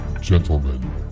gentlemen